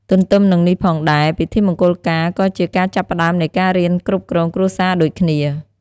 ទទ្ទឹមនឹងនេះផងដែរ ពិធីមង្គលការក៏ជាការចាប់ផ្ដើមនៃការរៀនគ្រប់គ្រងគ្រួសារដូចគ្នា។